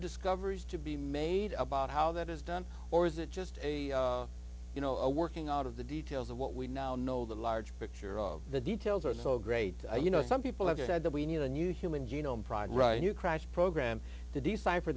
discoveries to be made about how that is done or is it just a you know a working out of the details of what we now know the large picture of the details are so great you know some people have had that we need a new human genome pride right you crash program to decipher